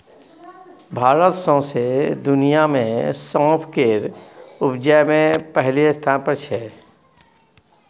भारत सौंसे दुनियाँ मे सौंफ केर उपजा मे पहिल स्थान पर छै